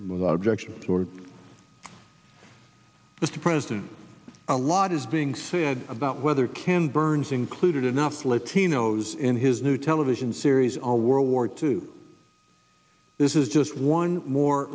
without objection or with the present a lot is being said about whether can burns included enough latino's in his new television series all world war two this is just one more